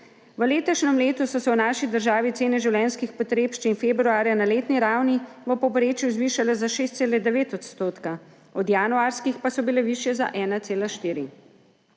V letošnjem letu so se v naši državi cene življenjskih potrebščin februarja na letni ravni v povprečju zvišale za 6,9 %, od januarskih pa so bile višje za 1,4